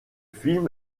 film